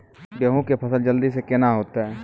गेहूँ के फसल जल्दी से के ना होते?